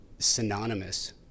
synonymous